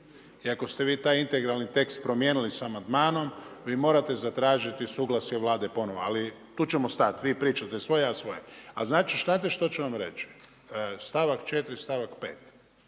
i ako ste vi taj integralni tekst promijenili sa amandmanom, vi morate zatražiti suglasje Vlade ponovo, ali tu ćemo stat. Vi pričate svoje, ja svoje. A znate što ću vam reći? Stavak 4., stavak 5.